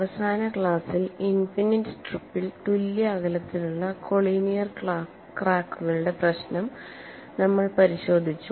അവസാന ക്ലാസ്സിൽ ഇനിഫിനിറ്റ് സ്ട്രിപ്പിൽ തുല്യ അകലത്തിലുള്ള കോളിനിയർ ക്രാക്കുകളുടെ പ്രശ്നം നമ്മൾ പരിശോധിച്ചു